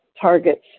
targets